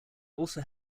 also